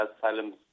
asylum